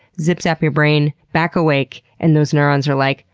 zip zap your brain back awake and those neurons are like,